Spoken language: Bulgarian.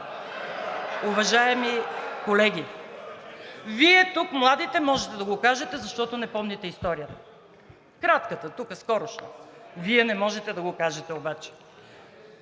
Уважаеми колеги, Вие младите тук можете да го кажете, защото не помните историята – кратката, тук, скорошната. Вие не можете да го кажете обаче